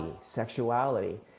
sexuality